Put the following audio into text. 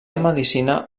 medicina